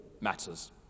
matters